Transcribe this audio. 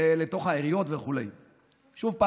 לתוך העיריות וכו' שוב,